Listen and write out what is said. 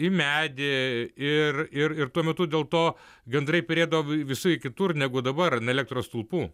į medį ir ir ir tuo metu dėl to gandrai perėdavo visai kitur negu dabar ant elektros stulpų